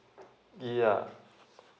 yeah